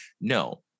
No